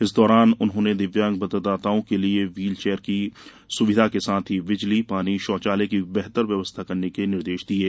इस दौरान उन्होंने दिव्यांग मतदाताओं के लिए व्हील चेयर की सुविधा के साथ ही बिजली पानी शौचालय की बेहतर व्यवस्था करने के निर्देश दिये